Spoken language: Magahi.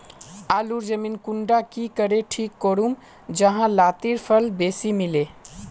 आलूर जमीन कुंडा की करे ठीक करूम जाहा लात्तिर फल बेसी मिले?